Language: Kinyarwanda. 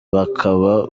bakaba